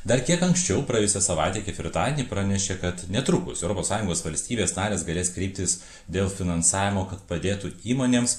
dar kiek anksčiau praėjusią savaitę ketvirtadienį pranešė kad netrukus europos sąjungos valstybės narės galės kreiptis dėl finansavimo kad padėtų įmonėms